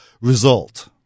result